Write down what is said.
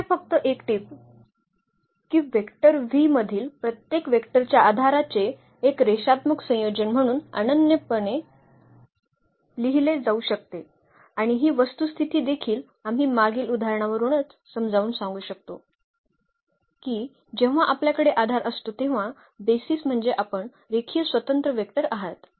येथे फक्त एक टीप की वेक्टर मधील प्रत्येक वेक्टरच्या आधाराचे एक रेषात्मक संयोजन म्हणून अनन्यपणे लिहिले जाऊ शकते आणि ही वस्तुस्थिती देखील आम्ही मागील उदाहरणावरूनच समजावून सांगू शकतो की जेव्हा आपल्याकडे आधार असतो तेव्हा बेसीस म्हणजे आपण रेखीय स्वतंत्र वेक्टर आहात